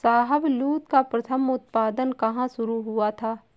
शाहबलूत का प्रथम उत्पादन कहां शुरू हुआ था?